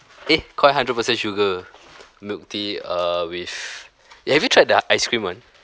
eh koi hundred percent sugar milk tea err with eh have you tried the ice-cream one